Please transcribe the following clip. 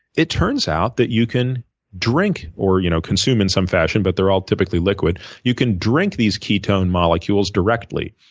it turns out that you can drink or you know consume in some fashion but they're all typically liquid you can drink these ketone molecules directly.